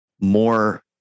more